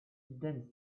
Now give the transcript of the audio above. danced